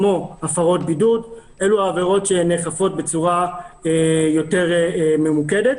כמו הפרות בידוד אלו העבירות שנאכפות בצורה יותר ממוקדת.